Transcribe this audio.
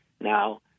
now